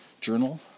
journal